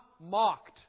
mocked